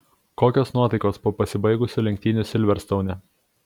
kokios nuotaikos po pasibaigusių lenktynių silverstoune